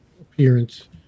appearance